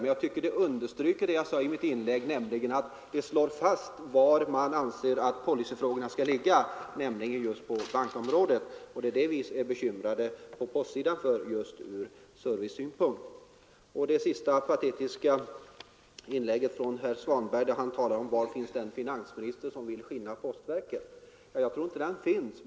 Men det tycker jag i så fall understryker vad jag framhöll tidigare, nämligen att man slår fast var policyfrågorna skall ligga, dvs. just på bankområdet. Det är det som vi på postsidan är bekymrade för just ur personaloch servicesynpunkt. Slutligen frågade herr Svanberg i det sista patetiska inlägget var den finansminister finns som vill skinna postverket. Jag tror inte att han finns.